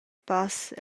pass